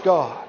God